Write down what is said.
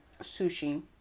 Sushi